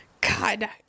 God